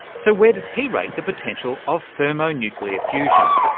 so where does he rate the potential of thermo nuclear fusion?